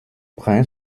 brin